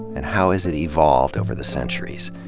and how has it evolved over the centuries?